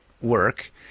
work